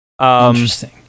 Interesting